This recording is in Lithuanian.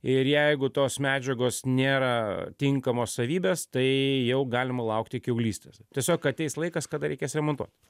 ir jeigu tos medžiagos nėra tinkamos savybės tai jau galima laukti kiaulystės tiesiog ateis laikas kada reikės remontuot